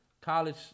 College